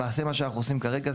למעשה מה שאנחנו עושים כרגע,